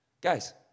Guys